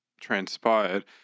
transpired